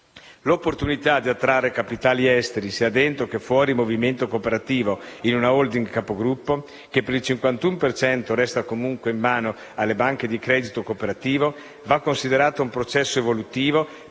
L'opportunità di attrarre capitali esteri sia dentro che fuori il movimento cooperativo in una *holding*-capogruppo, che per il 51 per cento resta comunque in mano alle banche di credito cooperativo, va considerato un processo evolutivo